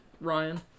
Ryan